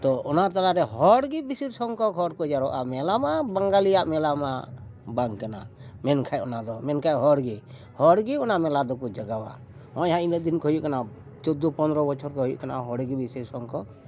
ᱛᱚ ᱚᱱᱟ ᱛᱟᱞᱟᱨᱮ ᱦᱚᱲᱜᱮ ᱵᱮᱥᱤᱨ ᱥᱚᱝᱠᱷᱚᱠ ᱦᱚᱲ ᱠᱚ ᱡᱟᱣᱨᱟᱜᱼᱟ ᱢᱮᱞᱟ ᱢᱟ ᱵᱟᱝᱜᱟᱞᱤᱭᱟᱜ ᱢᱮᱞᱟ ᱢᱟ ᱵᱟᱝ ᱠᱟᱱᱟ ᱢᱮᱱᱠᱷᱟᱱ ᱚᱱᱟ ᱫᱚ ᱢᱮᱱᱠᱷᱟᱱ ᱦᱚᱲ ᱜᱮ ᱦᱚᱲ ᱜᱮ ᱚᱱᱟ ᱢᱮᱞᱟ ᱫᱚᱠᱚ ᱡᱟᱜᱟᱣᱟ ᱱᱚᱜᱼᱚᱭ ᱦᱟᱸᱜ ᱤᱱᱟᱹᱜ ᱫᱤᱱ ᱠᱷᱚᱱ ᱦᱩᱭᱩᱜ ᱠᱟᱱᱟ ᱪᱳᱫᱫᱳ ᱯᱚᱱᱨᱚ ᱵᱚᱪᱷᱚᱨ ᱠᱚ ᱦᱩᱭᱩᱜ ᱠᱟᱱᱟ ᱦᱚᱲᱮᱜᱮ ᱵᱮᱥᱤᱨ ᱥᱚᱝᱠᱷᱚᱠ